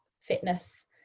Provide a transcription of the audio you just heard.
fitness